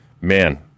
Man